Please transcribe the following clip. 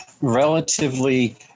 relatively